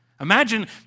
Imagine